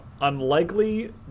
unlikely